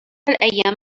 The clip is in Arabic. الأيام